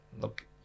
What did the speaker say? look